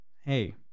hey